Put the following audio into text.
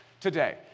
today